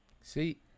See